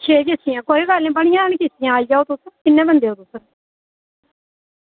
छे किश्तियां कोई गल्ल निं बड़ियां न किश्तियां आई जाओ किन्ने बंदे ओ तुस